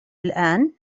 الآن